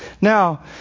Now